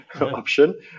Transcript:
option